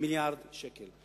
מיליארדי שקל,